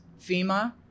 FEMA